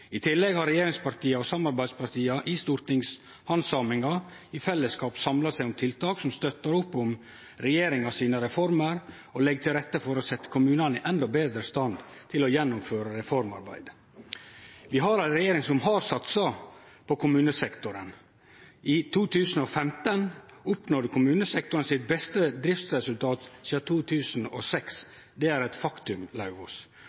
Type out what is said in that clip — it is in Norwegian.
I tillegg har regjeringspartia og samarbeidspartia i stortingshandsaminga i fellesskap samla seg om tiltak som støttar opp om regjeringa sine reformer og legg til rette for å setje kommunane i endå betre stand til å gjennomføre reformarbeidet. Vi har ei regjering som har satsa på kommunesektoren. I 2015 oppnådde kommunesektoren sitt beste driftsresultat sidan 2006. Det er eit faktum, Lauvås.